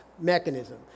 mechanism